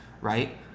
right